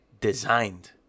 designed